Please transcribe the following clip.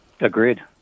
Agreed